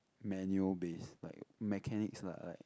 manual based like mechanics lah like